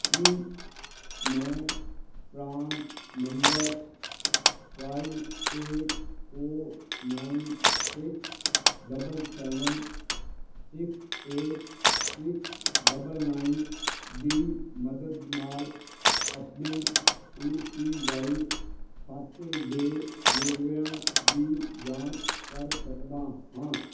ਕੀ ਮੈਂ ਪਰਾਨ number five eight four nine six double seven six eight six double nine ਦੀ ਮਦਦ ਨਾਲ ਆਪਣੇ ਏ ਪੀ ਵਾਈ ਖਾਤੇ ਦੇ ਵੇਰਵਿਆਂ ਦੀ ਜਾਂਚ ਕਰ ਸਕਦਾ ਹਾਂ